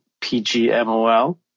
PGMOL